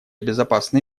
безопасный